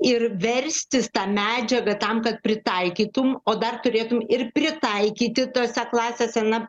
ir verstis ta medžiaga tam kad pritaikytum o dar turėtum ir pritaikyti tose klasėse na